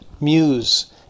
muse